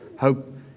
hope